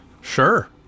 Sure